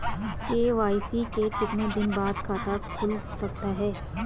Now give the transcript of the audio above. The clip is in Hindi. के.वाई.सी के कितने दिन बाद खाता खुल सकता है?